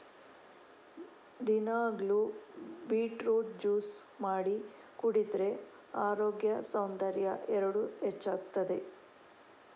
ದಿನಾಗ್ಲೂ beetroot juice ಮಾಡಿ ಕುಡಿದ್ರೆ ಅರೋಗ್ಯ ಸೌಂದರ್ಯ ಎರಡೂ ಹೆಚ್ಚಾಗ್ತದೆ